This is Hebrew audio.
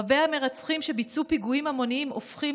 רבי-המרצחים שביצעו פיגועים המוניים הופכים